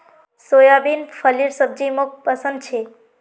soybean फलीर सब्जी मोक पसंद छे